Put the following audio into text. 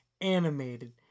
animated